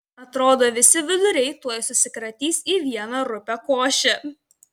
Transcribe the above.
atrodo visi viduriai tuoj susikratys į vieną rupią košę